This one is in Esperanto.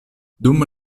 dum